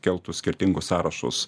keltų skirtingus sąrašus